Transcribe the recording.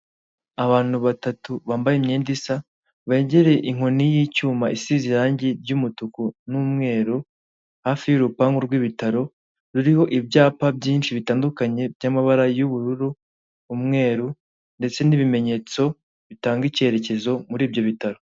Abantu batatu bambaye imyenda isa begereye inkoni y'icyuma isize irangi ry'umutuku n'umweru hafi y'urupangu rwibitaro, ruriho ibyapa byinshi bitandukanye by'amabara y'ubururu, umweru ndetse n'ibimenyetso bitanga icyerekezo muri ibyo bitaro.